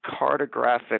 cartographic